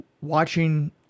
watching